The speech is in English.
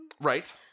Right